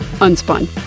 Unspun